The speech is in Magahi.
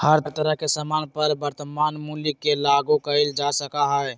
हर तरह के सामान पर वर्तमान मूल्य के लागू कइल जा सका हई